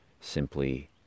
simply